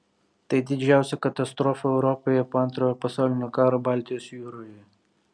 tai didžiausia katastrofa europoje po antrojo pasaulinio karo baltijos jūroje